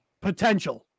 potential